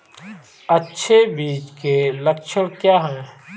अच्छे बीज के लक्षण क्या हैं?